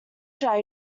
should